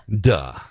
Duh